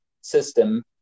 system